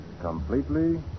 completely